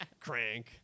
crank